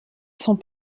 sans